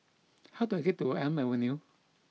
how do I get to Elm Avenue